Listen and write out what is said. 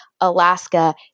Alaska